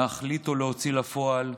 להחליט ולהוציא לפועל.